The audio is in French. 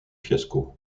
fiasco